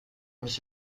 was